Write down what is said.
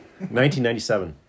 1997